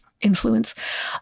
influence